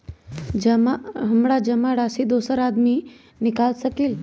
हमरा जमा राशि दोसर आदमी निकाल सकील?